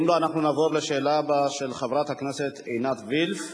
יהיה דיון עם נציגי מד"א בוועדת העבודה והרווחה.